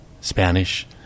Spanish